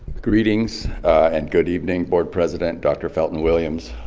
greetings and good evening board president dr. felton williams,